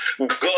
God